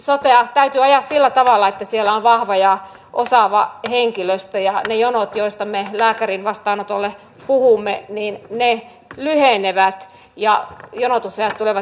sotea täytyy ajaa sillä tavalla että siellä on vahva ja osaava henkilöstö ja ne jonot lääkärin vastaanotolle joista me puhumme lyhenevät ja jonotusajat tulevat inhimilliseksi